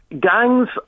gangs